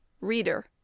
READER